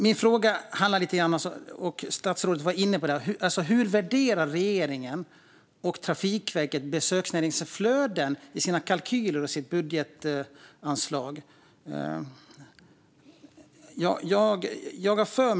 Min fråga handlar om någonting som statsrådet var inne på. Hur värderar regeringen och Trafikverket besöksnäringsflöden i sina kalkyler och i sitt budgetanslag?